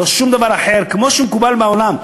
לא שום דבר אחר, כמו שמקובל בעולם.